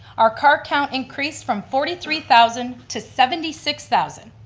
our car count increased from forty three thousand to seventy six thousand.